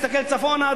תסתכל צפונה,